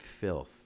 filth